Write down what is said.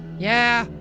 yeah.